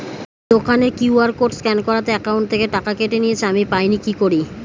দোকানের QR code scan করাতে account থেকে টাকা কেটে নিয়েছে, আমি পাইনি কি করি?